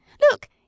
Look